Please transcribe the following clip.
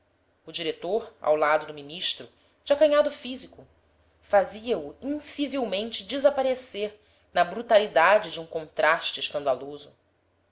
o diretor ao lado do ministro de acanhado físico fazia-o incivilmente desaparecer na brutalidade de um contraste escandaloso